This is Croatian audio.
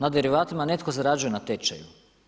Na derivatima netko zarađuje na tečaju.